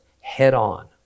head-on